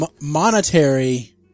monetary